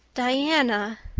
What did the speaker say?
diana,